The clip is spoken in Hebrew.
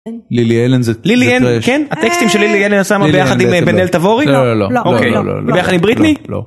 לילי אלן זה, זה טראש -לילי אלן, כן? הטקסטים של לילי אלן אתה שם אותם ביחד עם בן אל תבורי? -לא, לא.. -ביחד עם בריטני? -לא, לא, לא..